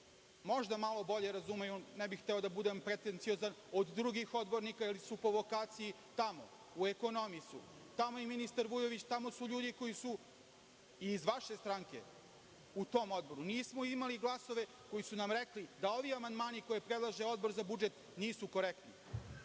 možda malo bolje razumeju, ne bih hteo da budem pretenciozan, od drugih odbornika, jer su po vokaciji tamo, u ekonomiji su. Tamo je i ministar Vujović, tamo su ljudi koji su i iz vaše stranke u tom Odboru. Nismo imali glasove koji su nam rekli da ovi amandmani koje predlaže Odbor za budžet nisu korektni.